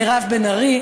מירב בן ארי,